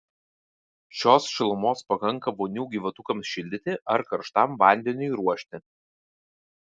šios šilumos pakanka vonių gyvatukams šildyti ar karštam vandeniui ruošti